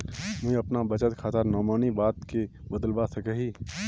मुई अपना बचत खातार नोमानी बाद के बदलवा सकोहो ही?